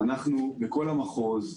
אנחנו בכל המחוז,